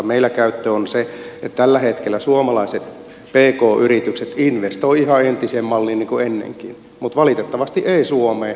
meillä käyttö on se että tällä hetkellä suomalaiset pk yritykset investoivat ihan entiseen malliin niin kuin ennenkin mutta valitettavasti ei suomeen vaan viroon